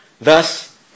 Thus